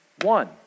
one